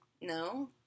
No